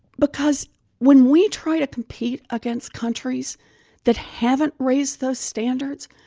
because when we try to compete against countries that haven't raised those standards,